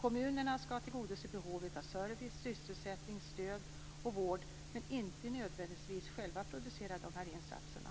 Kommunerna skall tillgodose behovet av service, sysselsättning, stöd och vård men inte nödvändigtvis själva producera dessa insatser.